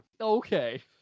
Okay